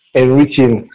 enriching